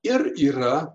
ir yra